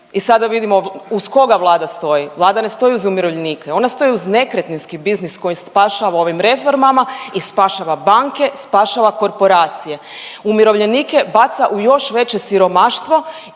i sada vidimo uz koga Vlada stoji, Vlada ne stoji uz umirovljenike, ona stoji uz nekretninski biznis koji spašava ovim reformama i spašava banke, spašava korporacije, umirovljenike baca u još veće siromaštvo